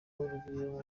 urugwiro